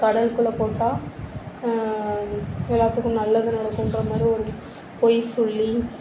கடலுக்குள்ளே போட்டால் எல்லாத்துக்கும் நல்லது நடக்கின்றமாதிரி ஒரு பொய் சொல்லி